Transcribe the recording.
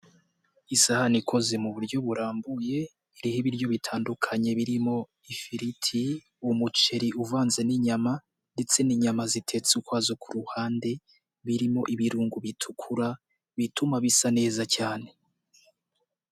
Isahani ikoze mu buryo burambuye iriho ibiryo bitandukanye birimo ifiriti, umuceri uvanze n'inyama ndetse n'inyama zitetse ukwazo ku ruhande birimo ibirungo bitukura bituma bisa neza cyane.